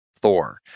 Thor